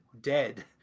Dead